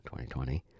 2020